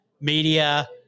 media